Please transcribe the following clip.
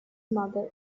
mother